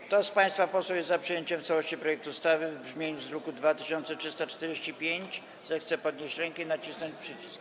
Kto z państwa posłów jest za przyjęciem w całości projektu ustawy w brzmieniu z druku nr 2345, zechce podnieść rękę i nacisnąć przycisk.